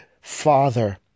Father